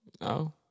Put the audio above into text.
No